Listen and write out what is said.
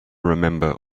remember